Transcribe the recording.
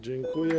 Dziękuję.